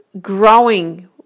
growing